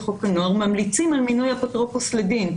חוק הנוער ממליצות על מינוי אפוטרופוס לדין.